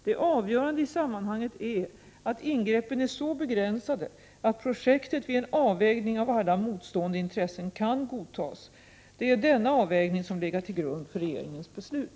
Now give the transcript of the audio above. Det avgörande i sammanhaget är att ingreppen är så begränsade att projektet vid en avvägning av alla motstående intressen kan godtas. Det är denna avvägning som legat till grund för regeringens beslut.